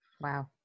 Wow